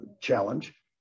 challenge